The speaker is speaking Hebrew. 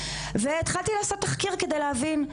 והתחלתי לעשות תחקיר כדי להבין,